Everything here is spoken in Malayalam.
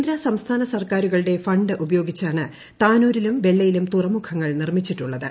കേന്ദ്ര സംസ്ഥാന സർക്കാരുകളുടെ ഫണ്ട് ഉപയോഗിച്ചാണ് താനൂരിലും വെള്ളയിലും തുറമുഖങ്ങൾ നിർമ്മിച്ചിട്ടുള്ളത്